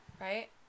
right